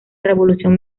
revolución